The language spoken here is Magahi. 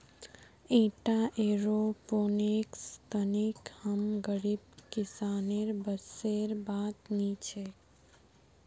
ईटा एयरोपोनिक्स तकनीक हम गरीब किसानेर बसेर बात नी छोक